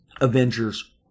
Avengers